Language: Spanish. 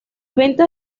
ventas